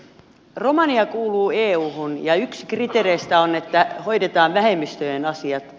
romania kuuluu euhun ja yksi kriteereistä on että hoidetaan vähemmistöjen asiat